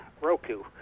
Roku